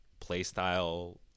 playstyle